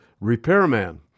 repairman